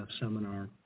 seminar